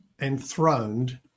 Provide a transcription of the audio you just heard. enthroned